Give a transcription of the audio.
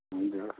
हुन्छ